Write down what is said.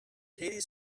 katie